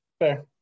fair